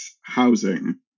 housing